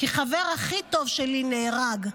כי החבר הכי טוב שלי נהרג.